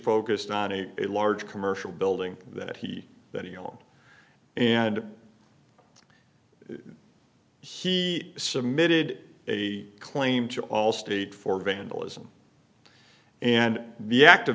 focused on a large commercial building that he that he alone and he submitted a claim to allstate for vandalism and the act of